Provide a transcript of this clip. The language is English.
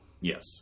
yes